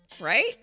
Right